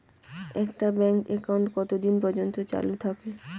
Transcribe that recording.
একটা bank account কতদিন পর্যন্ত চালু থাকে?